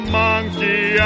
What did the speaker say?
monkey